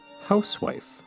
housewife